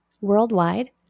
worldwide